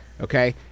Okay